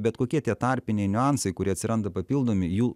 bet kokie tie tarpiniai niuansai kurie atsiranda papildomi jų